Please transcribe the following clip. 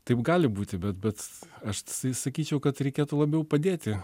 taip gali būti bet bet aš tai sakyčiau kad reikėtų labiau padėti